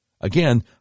Again